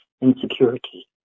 insecurity